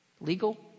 legal